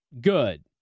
good